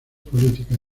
políticas